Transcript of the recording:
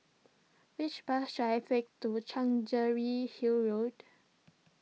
which bus should I take to Chancery Hill Road